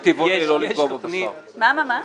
מה?